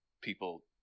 people